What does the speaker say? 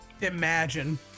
Imagine